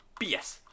bs